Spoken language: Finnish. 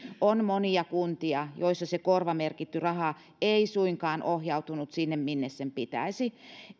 on monia kuntia joissa se korvamerkitty raha ei suinkaan ohjautunut sinne minne sen pitäisi